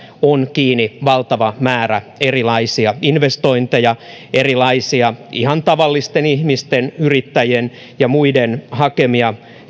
kiinni valtava määrä erilaisia investointeja erilaisia ihan tavallisten ihmisten yrittäjien ja muiden hakemia